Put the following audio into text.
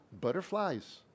butterflies